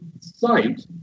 site